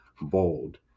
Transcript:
bold